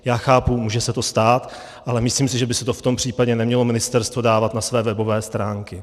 Já chápu, může se to stát, ale myslím si, že by si to v tom případě nemělo ministerstvo dávat na své webové stránky.